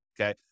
Okay